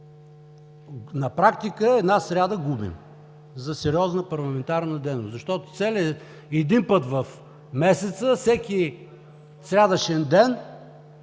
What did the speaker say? На практика една сряда губим за сериозна парламентарна дейност. Защото един път в месеца всеки срядъчен ден,